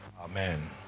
amen